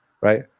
right